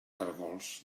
caragols